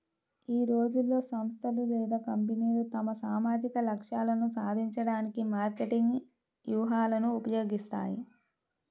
ఈ రోజుల్లో, సంస్థలు లేదా కంపెనీలు తమ సామాజిక లక్ష్యాలను సాధించడానికి మార్కెటింగ్ వ్యూహాలను ఉపయోగిస్తాయి